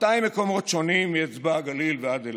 200 מקומות שונים מאצבע הגליל ועד אילת.